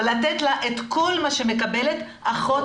צריך לתת לה את כל מה שמקבלת אחות